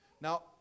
Now